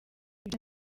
ibyo